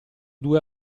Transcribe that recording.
due